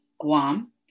Guam